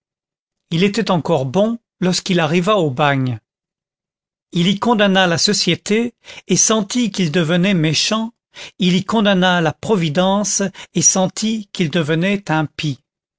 il était encore bon lorsqu'il arriva au bagne il y condamna la société et sentit qu'il devenait méchant il y condamna la providence et sentit qu'il devenait impie